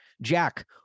Jack